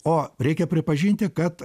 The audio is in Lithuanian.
o reikia pripažinti kad